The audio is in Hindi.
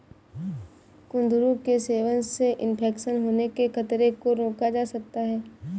कुंदरू के सेवन से इन्फेक्शन होने के खतरे को रोका जा सकता है